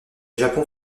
japon